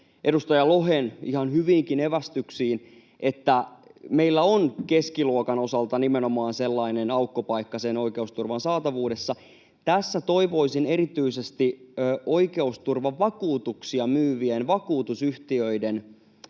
edustaja Lohen ihan hyviinkin evästyksiin, että meillä on keskiluokan osalta nimenomaan sellainen aukkopaikka oikeusturvan saatavuudessa. Tässä toivoisin erityisesti oikeusturvavakuutuksia myyvien vakuutusyhtiöiden